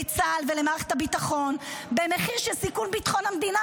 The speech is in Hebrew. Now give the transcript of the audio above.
לצה"ל ולמערכת הביטחון במחיר של סיכון ביטחון המדינה,